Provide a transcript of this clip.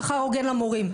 שכר הוגן למורים.